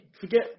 Forget